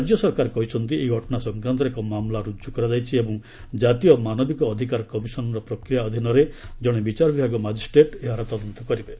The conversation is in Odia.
ରାଜ୍ୟ ସରକାର କହିଛନ୍ତି ଏହି ଘଟଣା ସଂକ୍ରାନ୍ତରେ ଏକ ମାମଲା ରୁଜୁ କରାଯାଇଛି ଏବଂ ଜାତୀୟ ମାନବିକ ଅଧିକାର କମିଶନର ପ୍ରକ୍ରିୟା ଅଧୀନରେ ଜଣେ ବିଚାର ବିଭାଗୀୟ ମାଜିଷ୍ଟ୍ରେଟ୍ ଏହାର ତଦନ୍ତ କରିବେ